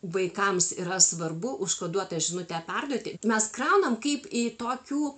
vaikams yra svarbu užkoduotą žinutę perduoti mes kraunam kaip į tokių